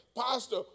Pastor